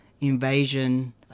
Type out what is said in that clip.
invasion